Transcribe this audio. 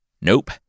Nope